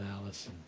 Alice